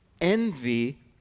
envy